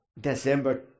December